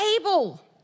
able